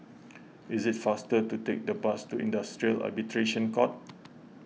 it is faster to take the bus to Industrial Arbitration Court